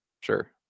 sure